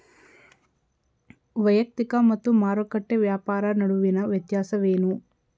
ವೈಯಕ್ತಿಕ ಮತ್ತು ಮಾರುಕಟ್ಟೆ ವ್ಯಾಪಾರ ನಡುವಿನ ವ್ಯತ್ಯಾಸವೇನು?